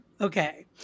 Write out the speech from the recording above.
Okay